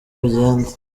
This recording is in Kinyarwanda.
bigenda